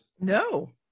No